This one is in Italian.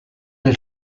del